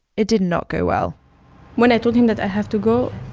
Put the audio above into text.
it did not go well when i told him that i have to go,